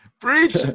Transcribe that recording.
Preach